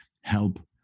help